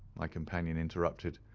my companion interrupted.